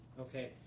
Okay